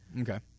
Okay